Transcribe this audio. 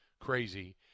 crazy